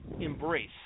embrace